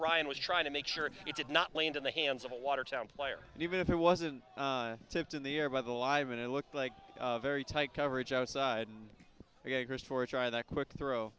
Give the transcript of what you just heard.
ryan was trying to make sure it did not land in the hands of a watertown player even if it wasn't tipped in the air by the live and it looked like a very tight coverage outside the gators for a try that quick thro